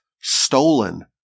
stolen